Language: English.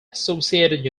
associated